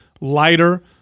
lighter